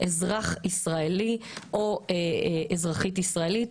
אזרח ישראלי או אזרחית ישראלית,